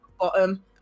bottom